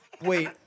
Wait